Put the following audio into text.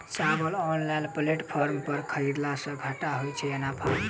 चावल online platform पर खरीदलासे घाटा होइ छै या नफा?